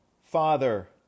Father